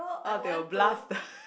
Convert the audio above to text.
or they will blast the